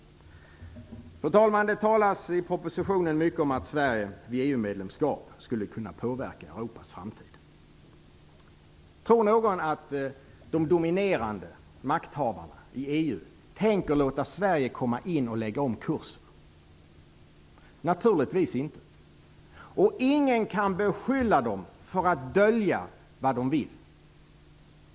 Fru talman! Det talas i propositionen mycket om att Sverige vid EU-medlemskap skulle kunna påverka Europas framtid. Tror någon att de dominerande makthavarna i EU tänker låta Sverige lägga om kursen? Naturligtvis inte! Ingen kan beskylla dem för att dölja vad de vill.